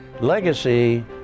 Legacy